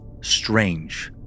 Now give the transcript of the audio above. Strange